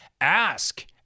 Ask